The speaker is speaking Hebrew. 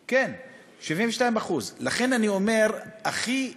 72%. כן, 72%. לכן אני אומר: הכי ראוי,